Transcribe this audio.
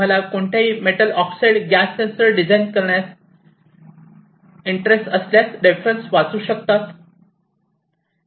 तुम्ही कोणत्याही metal oxide gas sensor design करण्यास इंटरेस्टेड असल्यास रेफरन्सेस वाचू शकतात